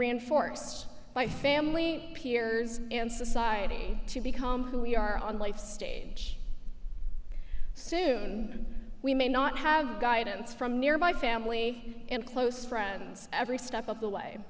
reinforced by family peers and society to become who we are on life stage soon we may not have guidance from nearby family and close friends every step of the way